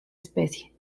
especie